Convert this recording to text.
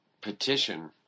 petition